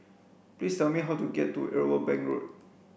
please tell me how to get to Irwell Bank Road